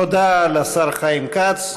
תודה לשר חיים כץ.